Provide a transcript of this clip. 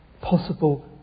possible